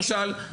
למשל,